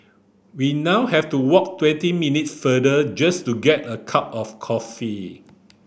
we now have to walk twenty minutes farther just to get a cup of coffee